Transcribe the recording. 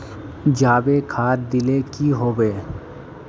जाबे खाद दिले की होबे?